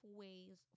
ways